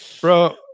bro